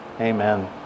Amen